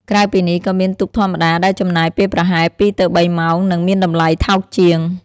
ក្រៅពីនេះ ក៏មាន ទូកធម្មតា ដែលចំណាយពេលប្រហែល ២ ទៅ ៣ ម៉ោង និងមានតម្លៃថោកជាង។